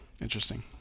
interesting